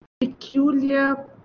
peculiar